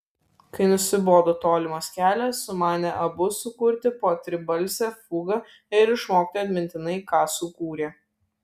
kai nusibodo tolimas kelias sumanė abu sukurti po tribalsę fugą ir išmokti atmintinai ką sukūrė